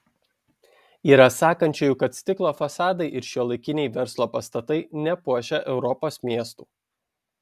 yra sakančiųjų kad stiklo fasadai ir šiuolaikiniai verslo pastatai nepuošia europos miestų